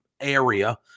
area